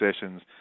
sessions